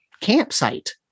campsite